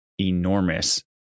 enormous